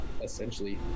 essentially